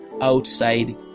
outside